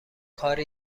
کاری